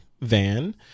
Van